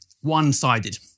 One-sided